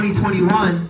2021